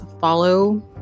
follow